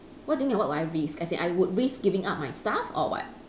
what do you mean by what would I risk as in I would risk giving up my stuff or what